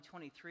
2023